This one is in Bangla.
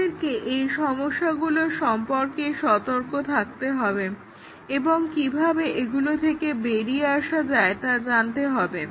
আমাদেরকে এই সমস্যাগুলো সম্পর্কে সতর্ক থাকতে হবে এবং কিভাবে এগুলো থেকে বেরিয়ে আসা যায় তা জানতে হবে